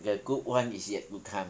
the good one is yet to come